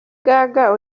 gaga